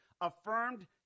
affirmed